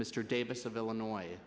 mr davis of illinois